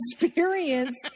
experience